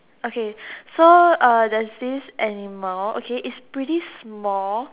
okay so uh there's this animal okay it's pretty small